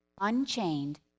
Unchained